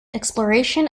exploration